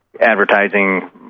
advertising